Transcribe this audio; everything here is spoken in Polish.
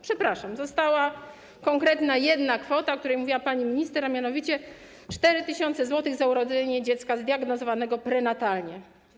Przepraszam, została jedna konkretna kwota, o której mówiła pani minister, a mianowicie 4 tys. zł za urodzenie dziecka zdiagnozowanego prenatalnie.